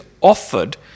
offered